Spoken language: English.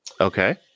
Okay